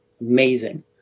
Amazing